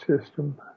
system